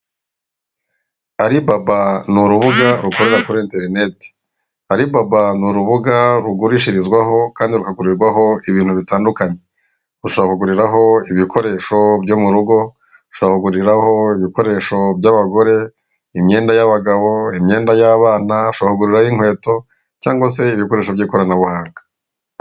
Alibaba ni urubuga rukorera kuri interineti alibaba ni urubuga rugurishirizwaho kandi rugagurirwaho ibintu bitandukanye. Ushobora kuguriraho ibikoresho byo mu rugo, ushobora kuguriraho ibikoresho by'abagore, imyenda y'abagabo, imyenda y'abana ushobora kuguriraho inkweto cyangwa se ibikoresho by'ikoranabuhanga.